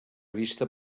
vista